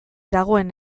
dagoen